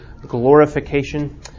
glorification